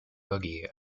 boogie